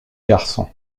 garçon